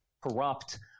corrupt